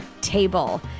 table